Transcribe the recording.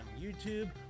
YouTube